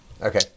Okay